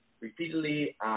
repeatedly –